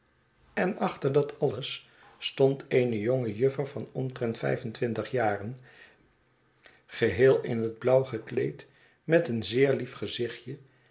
en achter dat alles stond eene jonge juffer van omtrent vijf en twintig jaren geheel in het blauw gekleed met een zeer lief gezichtje